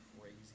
crazy